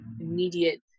immediate